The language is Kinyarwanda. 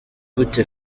gute